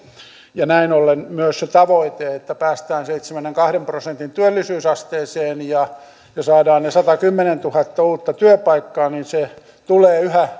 ja näin ollen myös se tavoite että päästään seitsemänkymmenenkahden prosentin työllisyysasteeseen ja saadaan ne satakymmentätuhatta uutta työpaikkaa tulee yhä